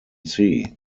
see